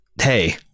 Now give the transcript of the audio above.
hey